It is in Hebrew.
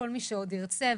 כל מי שעוד ירצה,